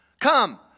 come